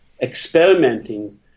experimenting